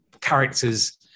characters